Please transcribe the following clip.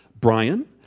Brian